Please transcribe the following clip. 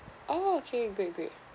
orh K great great